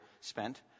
spent